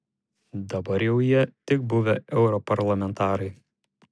dabar jau jie tik buvę europarlamentarai